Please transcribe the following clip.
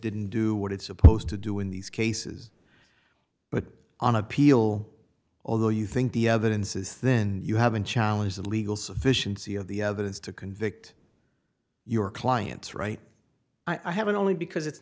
didn't do what it's supposed to do in these cases but on appeal although you think the evidence is then you haven't challenged the legal sufficiency of the evidence to convict your client's right i haven't only because it's